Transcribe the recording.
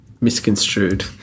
misconstrued